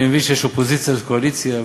אני מבין שיש אופוזיציה ויש קואליציה,